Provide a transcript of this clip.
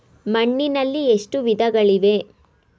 ಮಣ್ಣಿನಲ್ಲಿ ಎಷ್ಟು ವಿಧಗಳಿವೆ?